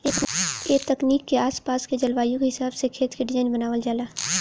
ए तकनीक में आस पास के जलवायु के हिसाब से खेत के डिज़ाइन बनावल जाला